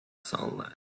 sunlight